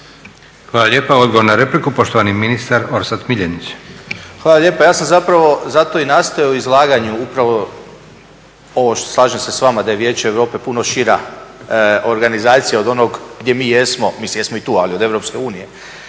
Hvala lijepa. Odgovor na repliku poštovani ministar Orsat MIljenić. **Miljenić, Orsat** Hvala lijepa. Ja sam zapravo zato i nastojao izlaganje upravo ovo slažem se s vama da je Vijeće Europe puno šira organizacija od onog gdje mi jesmo, mislim jesmo i tu ali od EU.